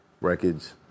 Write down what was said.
Records